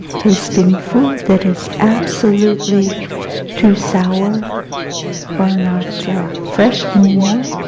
tasting food that is absolutely too sour or not fresh anymore,